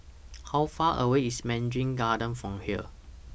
How Far away IS Mandarin Gardens from here